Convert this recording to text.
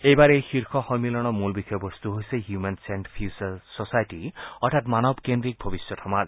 এইবাৰ এই শীৰ্ষ সম্মিলনৰ মূল বিষয়বস্তু হৈছে হিউমেন চেণ্টাৰড ফিউছাৰ ছচাইটী অৰ্থাৎ মানৱকেন্দ্ৰিক ভৱিষ্যৎ সমাজ